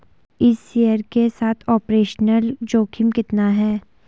इस शेयर के साथ ऑपरेशनल जोखिम कितना है?